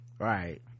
Right